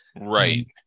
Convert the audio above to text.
Right